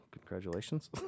Congratulations